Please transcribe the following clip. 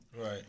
Right